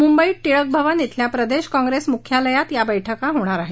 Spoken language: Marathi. मुंबईत टिळक भवन बेल्या प्रदेश कॉंग्रेस मुख्यालयात या बैठका होणार आहेत